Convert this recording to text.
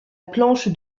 planche